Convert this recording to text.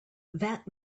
that